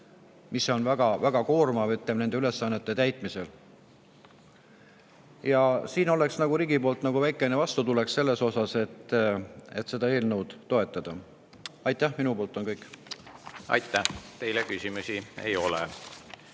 mis on väga-väga koormav, ütleme, nende ülesannete täitmisel. Ja siin oleks riigi poolt nagu väikene vastutulek selles osas, et seda eelnõu toetada. Aitäh! Minu poolt on kõik. Aitäh! Teile küsimusi ei ole.